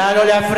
נא לא להפריע.